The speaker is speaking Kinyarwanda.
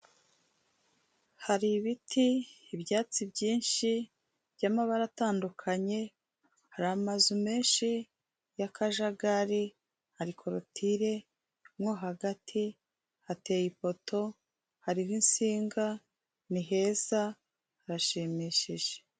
Hari ibiti ibyatsi byinshi by'amabara atandukanye hari amazu menshi yakajagari, hari korutire mo hagati hateye ipoto hariho insinga ni heza harashimishije.